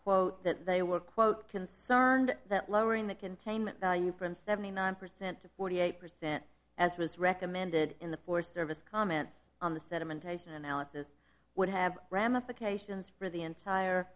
and that they were quote concerned that lowering the containment value from seventy nine percent to forty eight percent as was recommended in the forest service comment on the sentiment analysis would have ramifications for the entire